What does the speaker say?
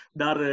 dar